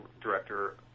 director